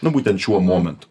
nu būtent šiuo momentu